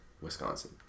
Wisconsin